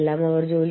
OECD